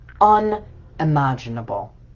unimaginable